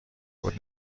بود